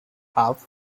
half